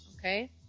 Okay